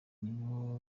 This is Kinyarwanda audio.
nibo